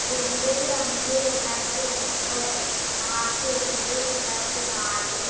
ജനുവരി അഞ്ച് രണ്ടായിരത്തി രണ്ട് മാർച്ച് ഏഴ് രണ്ടായിരത്തി നാല്